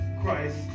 Christ